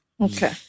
Okay